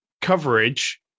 coverage